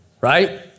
right